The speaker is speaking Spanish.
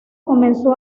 comenzó